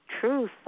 Truth